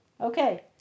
Okay